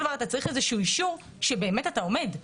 דבר אתה צריך איזשהו אישור שבאמת אתה עומד.